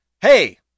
Hey